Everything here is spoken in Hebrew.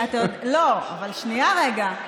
לא, אבל שנייה, רגע.